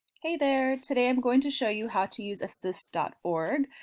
hey there today i'm going to show you how to use assist org.